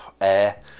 air